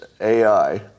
AI